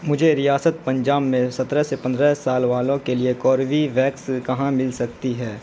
مجھے ریاست پنجاب میں سترہ سے پندرہ سال والوں کے لیے کورویویکس کہاں مل سکتی ہے